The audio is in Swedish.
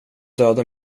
dödade